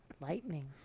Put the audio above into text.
lightning